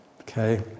okay